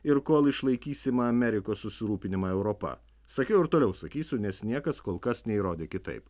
ir kol išlaikysim amerikos susirūpinimą europa sakiau ir toliau sakysiu nes niekas kol kas neįrodė kitaip